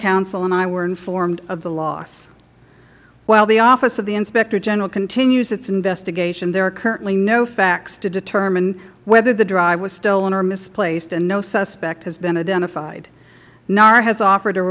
counsel and i were informed of the loss while the office of the inspector general continues its investigation there are currently no facts to determine whether the drive was stolen or misplaced and no suspect has been identified nara has offered a